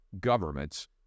governments